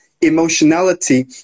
emotionality